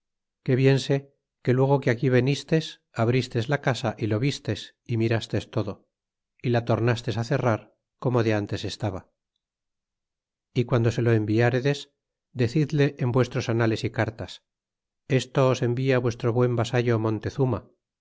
que bien sé que luego que aquí venistes abristes la casa y lo vistes mirastes todo y la tornastes á cerrar como de ntes estaba y guando se lo enviredes decidle en vuestros anales y cartas esto os envia vuestro buen vasallo montezuma